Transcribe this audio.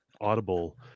Audible